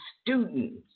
students